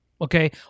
Okay